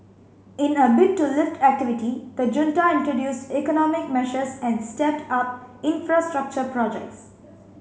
in a bid to lift activity the junta introduced economic measures and stepped up infrastructure projects